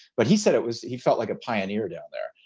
but he said it was he felt like a pioneer down there.